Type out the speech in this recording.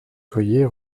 soyez